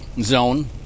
zone